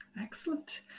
Excellent